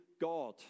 God